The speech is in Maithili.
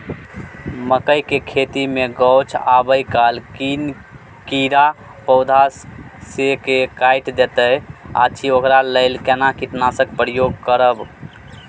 मकई के खेती मे गाछ आबै काल किछ कीरा पौधा स के काइट दैत अछि ओकरा लेल केना कीटनासक प्रयोग करब?